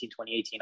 2018